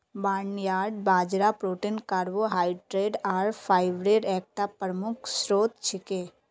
barnyard बाजरा protein carbohydrate आर fibre एकता प्रमुख स्रोत छिके